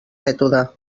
mètode